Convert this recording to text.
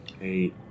Eight